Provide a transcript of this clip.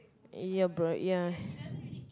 your bro ya